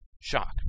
shock